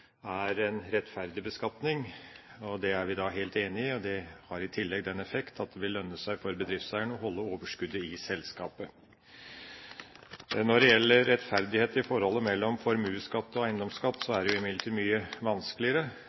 er en rettferdig beskatning, det er vi helt enig i. Den har i tillegg den effekt at det vil lønne seg for bedriftseieren å holde overskuddet i selskapet. Rettferdighet i forholdet mellom formuesskatt og eiendomsskatt er imidlertid mye vanskeligere,